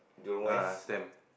ah stamp